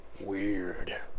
Weird